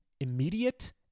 immediate